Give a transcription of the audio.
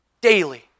daily